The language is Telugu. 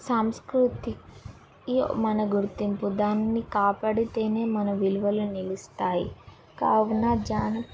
సాంస్కృతీయ మన గుర్తింపు దాన్ని కాపాడితేనే మన విలువలు నిలుస్తాయి కావున జాన్